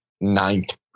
ninth